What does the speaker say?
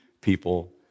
people